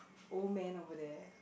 old man over there